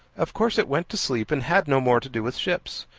of course it went to sleep, and had no more to do with ships.